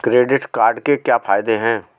Credit card के क्या फायदे हैं?